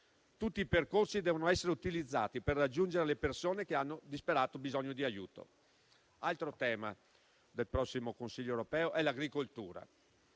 Tutti i percorsi devono essere utilizzati per raggiungere le persone che hanno disperato bisogno di aiuto. Altro tema del prossimo Consiglio europeo è l'agricoltura.